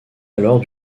alors